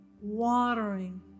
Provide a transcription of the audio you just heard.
watering